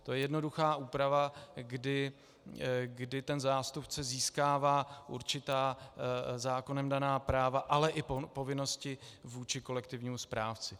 To je jednoduchá úprava, kdy ten zástupce získává určitá zákonem daná práva, ale i povinnosti vůči kolektivnímu správci.